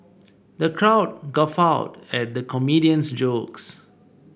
the crowd guffawed at the comedian's jokes